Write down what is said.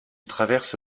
traverse